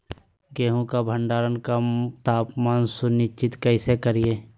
गेहूं का भंडारण का तापमान सुनिश्चित कैसे करिये?